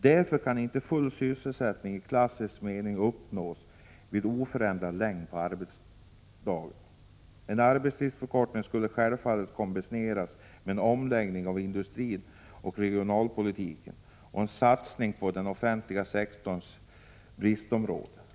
Därför kan inte full sysselsättning i klassisk mening uppnås vid oförändrad längd på arbetsdagen. En arbetstidsförkortning skall självfallet kombineras med en omläggring av industrioch regionalpolitiken och en satsning på den offentliga sektorns bristområde.